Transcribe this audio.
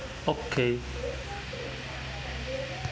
okay